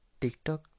Tiktok